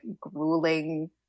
grueling